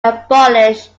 abolished